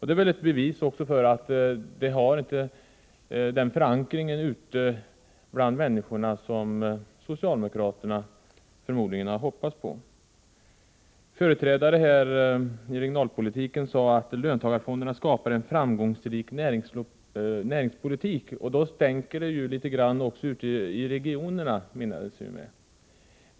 Det är väl också ett bevis för att de inte har den förankring ute bland människorna som socialdemokraterna förmodligen har hoppats på. Olika företrädare sade beträffande regionalpolitiken att löntagarfonderna skapar en framgångsrik näringspolitik, och då stänker det litet även ute i regionerna, menade man.